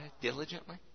diligently